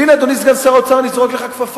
והנה, אדוני סגן שר האוצר, אני זורק לך כפפה.